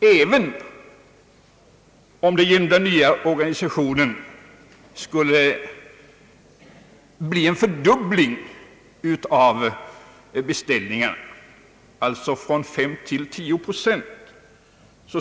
Även om den nya organisationen skulle innebära en fördubbling av beställningarna från fem till tio procent,